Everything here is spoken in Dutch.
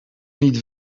niet